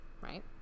right